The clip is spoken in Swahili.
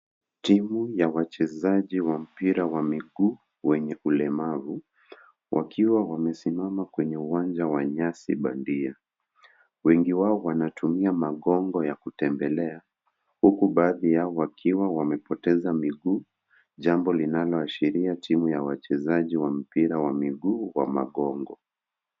Timu ya wachezaji wa mpira wa miguu wenye ulemavu. Wakiwa wamesimama kwenye uwanja wa nyasi bandia. Wengi wao wanatumia magongo ya kutembelea. Huku baadhi yao wakiwa wamepoteza miguu, jambo linaloashiria timu ya wachezaji wa mpira wa miguu wa magongo.